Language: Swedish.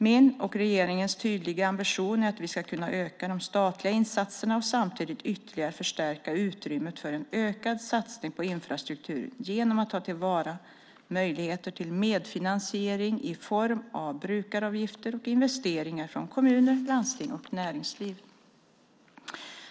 Min och regeringens tydliga ambition är att vi ska kunna öka de statliga insatserna och samtidigt ytterligare förstärka utrymmet för en ökad satsning på infrastrukturen genom att ta till vara möjligheter till medfinansiering i form av brukaravgifter och investeringar från kommuner, landsting och näringsliv.